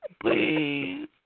Please